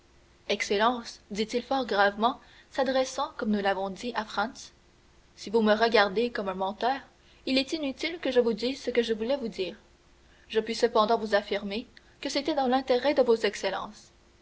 excellence dit-il fort gravement s'adressant comme nous l'avons dit à franz si vous me regardez comme un menteur il est inutile que je vous dise ce que je voulais vous dire je puis cependant vous affirmer que c'était dans l'intérêt de vos excellences